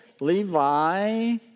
levi